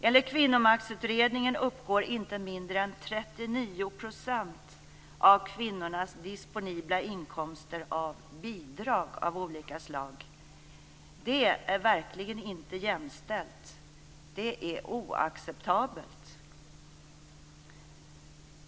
Enligt Kvinnomaktsutredningen uppgår inte mindre än 39 % av kvinnornas disponibla inkomster av bidrag av olika slag. Det är verkligen inte jämställt. Det är oacceptabelt.